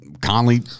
Conley